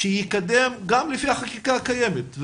שיקדם גם לפי החקיקה הקיימת,